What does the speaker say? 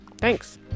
Thanks